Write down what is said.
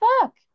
fuck